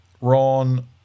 Ron